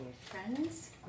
friends